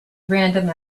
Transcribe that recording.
random